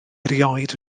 erioed